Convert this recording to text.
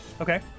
Okay